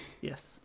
Yes